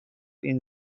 این